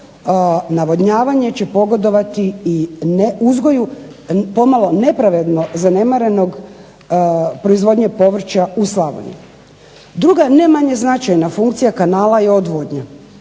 navodnjavanje će pogodovati i uzgoju pomalo nepravedno zanemarene proizvodnje povrća u Slavoniji. Druga ne manje značajna funkcija kanala je odvodnja.